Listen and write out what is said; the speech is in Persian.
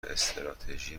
استراتژی